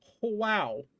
Wow